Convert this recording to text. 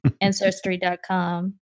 Ancestry.com